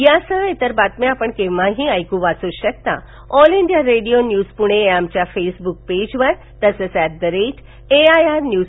यासह इतर बातम्या आपण केव्हाही वाचू रेकू शकता all India radio news Pune या आमच्या फेसबुक पेजवर तसंच अद्द आय आर न्यूज